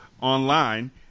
online